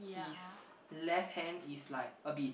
his left hand is like a bit